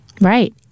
Right